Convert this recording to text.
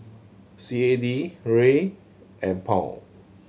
C A D Riel and Pound